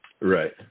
right